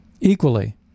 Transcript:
equally